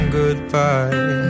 goodbye